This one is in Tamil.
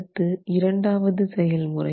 அடுத்து இரண்டாவது செயல்முறை